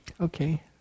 Okay